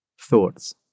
Thoughts